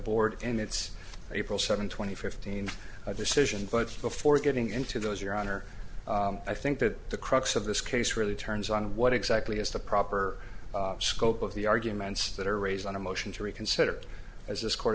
board in its april seventh twenty fifteen decision but before getting into those your honor i think that the crux of this case really turns on what exactly is the proper scope of the arguments that are raised on a motion to reconsider as